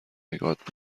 نگات